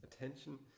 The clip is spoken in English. attention